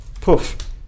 Poof